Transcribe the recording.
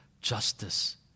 justice